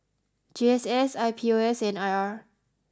G S S I P O S and I R